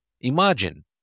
Imagine